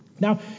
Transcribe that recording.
Now